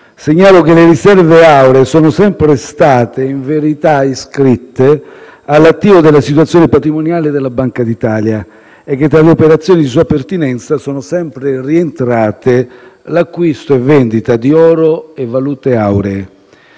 segnalo che le riserve auree sono sempre state in verità iscritte all'attivo della situazione patrimoniale della Banca d'Italia e che tra le operazioni di sua pertinenza sono sempre rientrate l'acquisto e la vendita di oro e di valute auree.